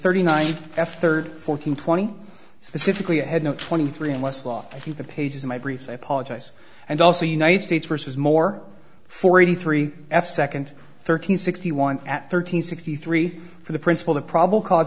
thirty nine f thirty fourteen twenty specifically a head no twenty three unless law i think the pages in my briefs i apologize and also united states vs more forty three f second thirteen sixty one at thirteen sixty three for the principle the probable cause